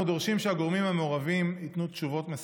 אנחנו דורשים שהגורמים המעורבים ייתנו תשובות מספקות.